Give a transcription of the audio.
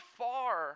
far